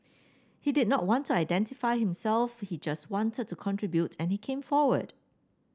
he did not want to identify himself he just wanted to contribute and he came forward